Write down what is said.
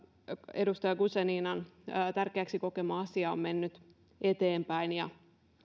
edustaja guzeninan tärkeäksi kokema asia on mennyt eteenpäin ja